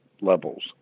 levels